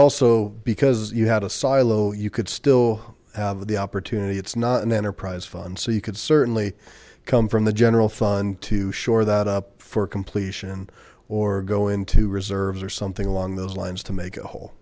also because you had a silo you could still have the opportunity it's not an enterprise fund so you could certainly come from the general fund to shore that up for completion or go into reserves or something along those lines to make it whole